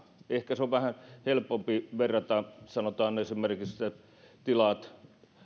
ehkä sitä on vähän helpompi verrata sanotaan esimerkiksi siihen että tilaat